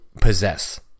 possess